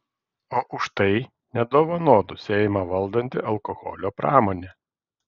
o už tai nedovanotų seimą valdanti alkoholio pramonė